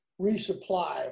resupply